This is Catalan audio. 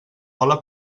cola